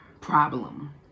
problem